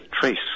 trace